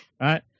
Right